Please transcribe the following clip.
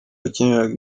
yakiniraga